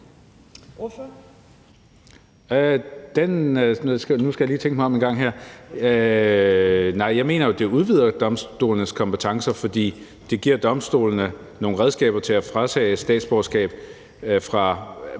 Nu skal jeg lige tænke mig om en gang. Nej, jeg mener, at det jo udvider domstolenes kompetence, fordi det giver domstolene nogle redskaber til at tage statsborgerskab fra